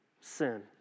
sin